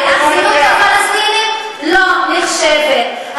ההתאכזרות לפלסטינים לא נחשבת,